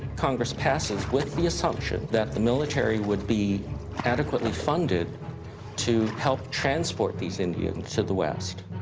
congress passes, with the assumption that the military would be adequately funded to help transport these indians to the west.